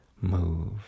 move